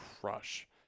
crush